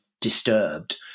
disturbed